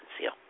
seal